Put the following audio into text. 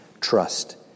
trust